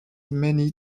many